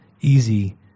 easy